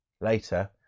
Later